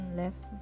left